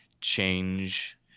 change